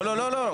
לא, לא.